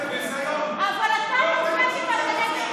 אבל אתה נורבגי ומתנגד לנורבגים?